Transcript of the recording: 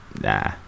nah